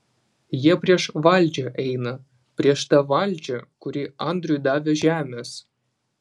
jie prieš valdžią eina prieš tą valdžią kuri andriui davė žemės